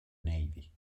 navy